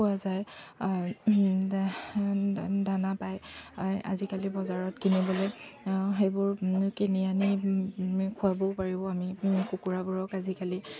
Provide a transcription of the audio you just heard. পোৱা যায় দানা পায় আজিকালি বজাৰত কিনিবলৈ সেইবোৰ কিনি আনি খোৱাবও পাৰিব আমি কুকুৰাবোৰক আজিকালি